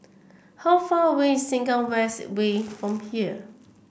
how far away is Sengkang West Way from here